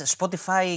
Spotify